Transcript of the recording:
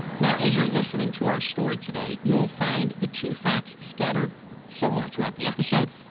now as you're listening to our story today, you'll find the two facts scattered somewhere throughout the episode.